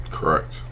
Correct